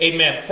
Amen